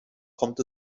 kommt